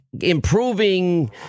improving